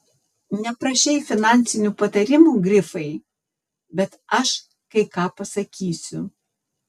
neprašei finansinių patarimų grifai bet aš kai ką pasakysiu